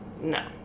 no